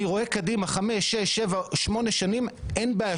אני רואה קדימה 5-8 שנים קדימה אין בעיה